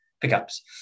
pickups